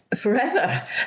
forever